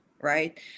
Right